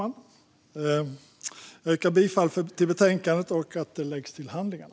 Jag yrkar bifall till utskottets förslag i betänkandet: att skrivelsen ska läggas till handlingarna.